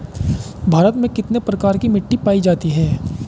भारत में कितने प्रकार की मिट्टी पाई जाती हैं?